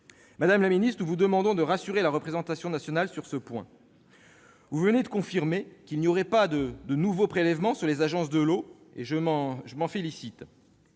d'euros. Nous vous demandons de rassurer la représentation nationale sur ce point. Vous venez de le confirmer, il n'y aura pas de nouveaux prélèvements sur les agences de l'eau, ce dont je me félicite.